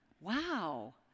Wow